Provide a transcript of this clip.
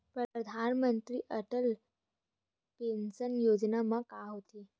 परधानमंतरी अटल पेंशन योजना मा का होथे?